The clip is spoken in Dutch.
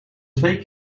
twee